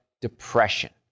depression